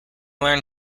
learn